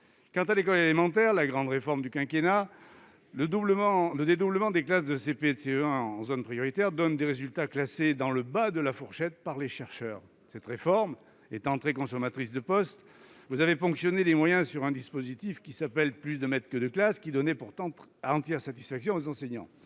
ans. À l'école élémentaire, la grande réforme du quinquennat, le dédoublement des classes de CP et de CE1 en zone prioritaire, produit des résultats classés par les chercheurs dans le bas de la fourchette. Cette réforme étant très consommatrice de postes, vous avez ponctionné des moyens sur un dispositif, appelé « Plus de maîtres que de classes », qui donnait pourtant entière satisfaction aux enseignants.